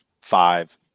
five